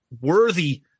worthy